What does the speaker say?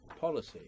policy